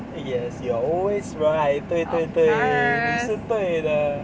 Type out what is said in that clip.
yes you are always right 对对对你是对的